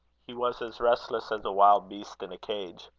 he was as restless as a wild beast in a cage.